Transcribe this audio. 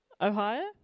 Ohio